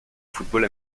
football